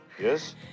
Yes